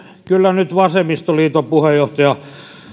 kyllä nyt vasemmistoliiton puheenjohtaja